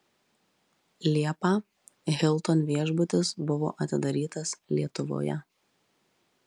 liepą hilton viešbutis buvo atidarytas lietuvoje